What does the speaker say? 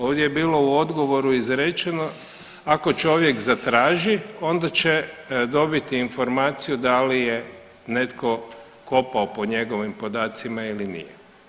Ovdje je bilo u odgovoru izrečeno ako čovjek zatraži onda će dobiti informaciju da li netko kopao po njegovim podacima ili nije.